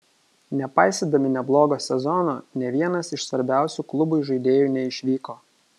nepaisydami neblogo sezono nė vienas iš svarbiausių klubui žaidėjų neišvyko